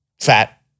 Fat